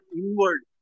inward